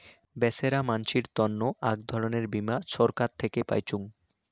বেছেরা মানসির তন্ন আক ধরণের বীমা ছরকার থাকে পাইচুঙ